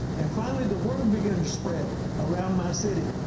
and finally, the word began to spread around my city.